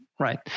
Right